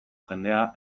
jendea